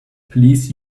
please